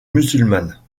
musulmanes